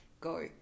Go